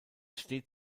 steht